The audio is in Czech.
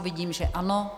Vidím, že ano.